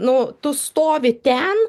nu tu stovi ten